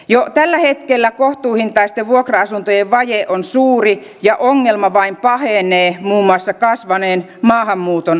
jo tällä hetkellä kohtuuhintaisten vuokra asuntojen vaje on suuri ja ongelma vain pahenee muun muassa kasvaneen maahanmuuton seurauksena